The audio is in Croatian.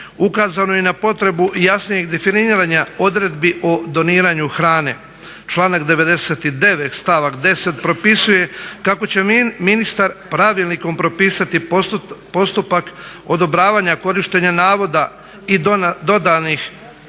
Ukazano je i na potrebu jasnijeg definiranja odredbi o doniranju hrane. Članak 99. stavak 10. propisuje kako će ministar pravilnikom propisati postupak odobravanja korištenja navoda i dodatnih zahtjeva